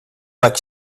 like